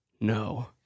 no